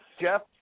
Jeff